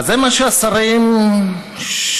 זה מה שהשרים שלכם,